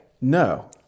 no